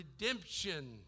redemption